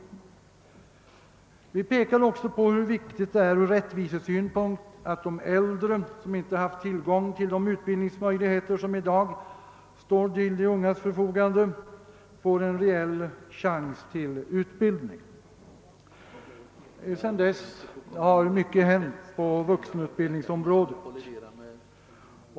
Vi pekade också på hur viktigt det är från rättvisesynpunkt att de äldre, som inte haft tillgång till de utbildningsmöjligheter som i dag står till de ungas förfogande, får en reell chans till utbildning. Sedan dess har mycket hänt på vuxenutbildningsområdet.